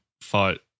fight